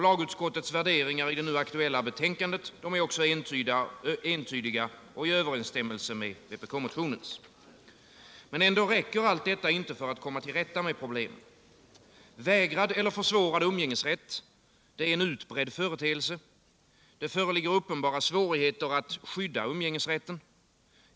Lagutskottets värderingar i det nu aktuella betänkandet är också entydiga och i överensstämmelse med vpk-motionen. Ändå räcker allt detta inte för att komma till rätta med problemen. Vägrad eller försvårad umgängesrätt är en utbredd företeelse. Det föreligger uppenbara svårigheter att skydda umgängesrätten.